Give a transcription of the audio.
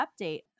update